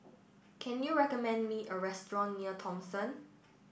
can you recommend me a restaurant near Thomson